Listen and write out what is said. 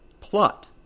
plot